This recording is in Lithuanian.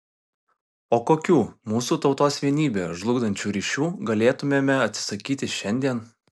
o kokių mūsų tautos vienybę žlugdančių ryšių galėtumėme atsisakyti šiandien